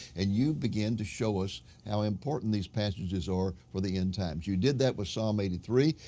and you began to show us how important these passages are for the end times. you did that with psalm eighty three.